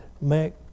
make